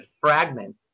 fragment